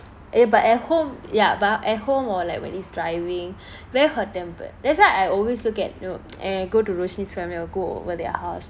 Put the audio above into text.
eh but at home ya but at home or like when he's driving very hot tempered that's why I always look at you know when I go to rushni's family I will go over their house